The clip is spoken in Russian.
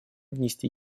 внести